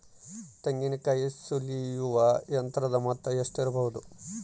ತೆಂಗಿನಕಾಯಿ ಸುಲಿಯುವ ಯಂತ್ರದ ಮೊತ್ತ ಎಷ್ಟಿರಬಹುದು?